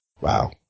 Wow